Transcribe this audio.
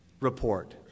report